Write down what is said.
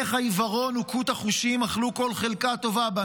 איך העיוורון וקהות החושים אכלו בנו כל חלקה טובה?